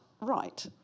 right